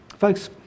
Folks